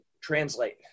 translate